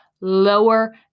lower